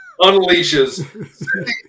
unleashes